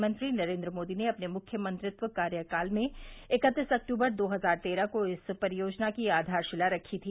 प्रधानमंत्री नरेन्द्र मोदी ने अपने मुख्यमंत्री कार्यकाल में इक्कतीस अक्टूबर दो हजार तेरह को इस परियोजना की आधारशिला रखी थी